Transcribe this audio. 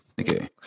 Okay